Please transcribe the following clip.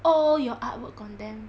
all your artwork on them